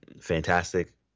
fantastic